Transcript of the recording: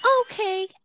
Okay